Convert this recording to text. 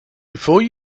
before